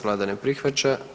Vlada ne prihvaća.